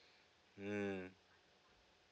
mm